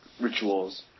rituals